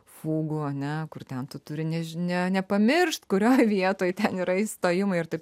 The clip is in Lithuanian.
fugų ane kur ten tu turi nežinia nepamiršt kurioj vietoj ten yra įstojimai ir taip